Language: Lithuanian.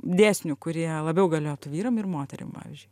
dėsnių kurie labiau galiotų vyram ir moterim pavyzdžiui